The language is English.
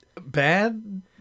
bad